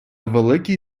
великий